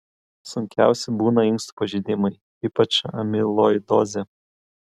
sunkiausi būna inkstų pažeidimai ypač amiloidozė